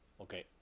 Okay